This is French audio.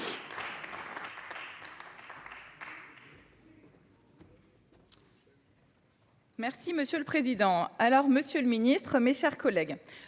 avis. Monsieur le président, monsieur le ministre, mes chers collègues,